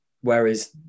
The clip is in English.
whereas